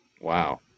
Wow